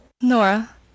nora